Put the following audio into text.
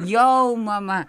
jau mama